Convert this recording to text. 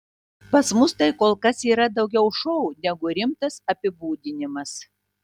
pas mus tai kol kas yra daugiau šou negu rimtas apibūdinimas